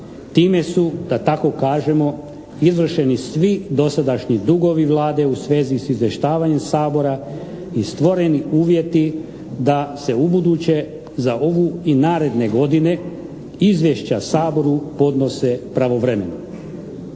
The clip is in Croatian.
Time su, da tako kažemo, izvršeni svi dosadašnji dugovi Vlade u svezi sa izvještavanjem Sabora i stvoreni uvjeti da se ubuduće za ovu i naredne godine izvješća Saboru podnose pravovremeno.